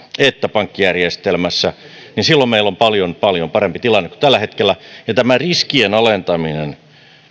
että pankkijärjestelmässä silloin meillä on paljon paljon parempi tilanne kuin tällä hetkellä ja tämä riskien alentaminen